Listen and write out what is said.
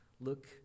Look